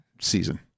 season